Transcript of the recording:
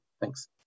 Thanks